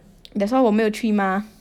that's why 我没有去